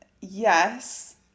Yes